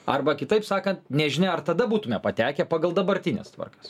arba kitaip sakant nežinia ar tada būtume patekę pagal dabartines tvarkas